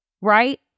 right